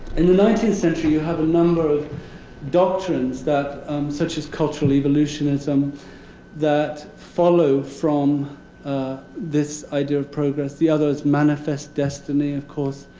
in the nineteenth century you have a number of doctrines such as cultural evolutionism that follow from this idea of progress. the other's manifest destiny, of course,